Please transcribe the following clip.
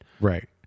Right